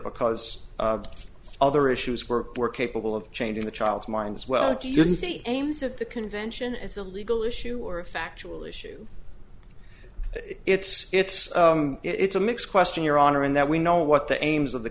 because other issues were were capable of changing the child's mind as well i didn't see aims at the convention as a legal issue or a factual issue it's it's it's a mix question your honor in that we know what the aims of the